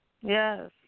Yes